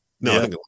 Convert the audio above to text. no